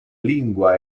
lingua